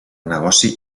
negoci